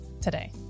today